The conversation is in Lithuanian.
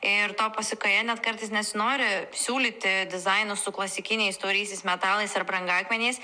ir to pasekoje net kartais nesinori siūlyti dizainu su klasikiniais tauriaisiais metalais ir brangakmeniais